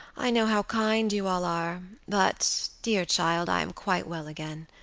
i know how kind you all are but, dear child, i am quite well again.